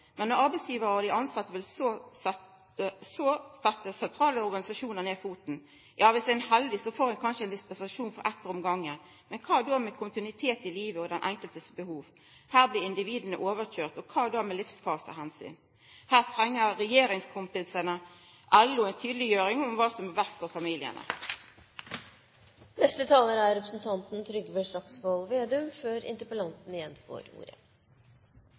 Men når arbeidsgivar og dei tilsette vil, set sentrale organisasjonar ned foten. Dersom ein er heldig, får ein kanskje dispensasjon for eitt år om gangen. Kva då med kontinuitet i livet og den enkeltes behov? Her blir individa overkøyrde. Kva då med livsfaseomsyn? Her treng regjeringskompisane i LO ei tydeleggjering av kva som er best for familiane. Som småbarnsfar – det er jo fire småbarnsfedre som har hatt ordet